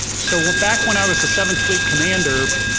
so back when i was the seventh fleet commander,